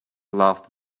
laughed